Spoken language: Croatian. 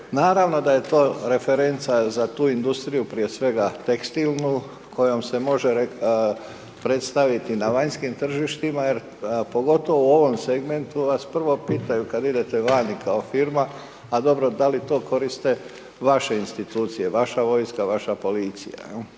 Naravno da je to referenca za tu industriju, prije svega tekstilnu kojim se može predstaviti na vanjskim tržištima, jer pogotovo u ovom segmentu vas prvo pitaju, kada idete vani kao firma, pa dobro da li to koriste vaše institucije, vaša vojska, vaša policija.